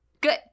Good